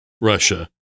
Russia